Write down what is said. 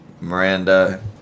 Miranda